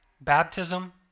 baptism